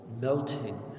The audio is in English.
melting